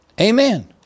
Amen